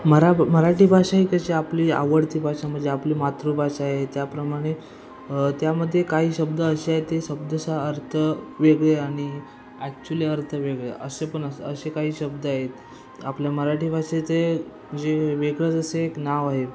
मरा मराठी भाषा ही कशी आपली आवडती भाषा म्हणजे आपली मातृभाषा आहे त्याप्रमाणे त्यामध्ये काही शब्द असे आहे ते शब्दश अर्थ वेगळे आणि ॲक्च्युली अर्थ वेगळे असे पण असे असे काही शब्द आहेत आपल्या मराठी भाषेचे म्हणजे वेगळंच असे एक नाव आहे